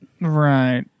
Right